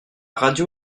radio